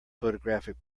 photographic